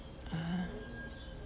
ah